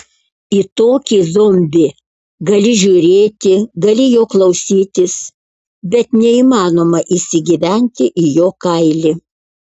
į tokį zombį gali žiūrėti gali jo klausytis bet neįmanoma įsigyventi į jo kailį